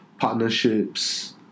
partnerships